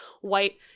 white